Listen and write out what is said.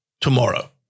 tomorrow